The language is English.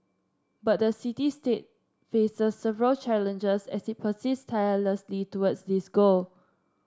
but the city state faces several challenges as it persists tirelessly towards this goal